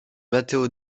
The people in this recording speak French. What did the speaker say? matteo